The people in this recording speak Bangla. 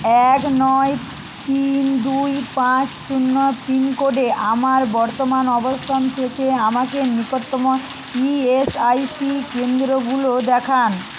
এক নয় তিন দুই পাঁচ শূন্য পিনকোডে আমার বর্তমান অবস্থান থেকে আমাকে নিকটতম ইএসআইসি কেন্দ্রগুলো দেখান